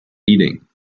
eating